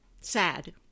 sad